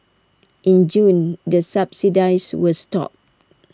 in June the subsidies were stopped